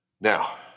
Now